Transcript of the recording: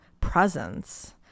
presence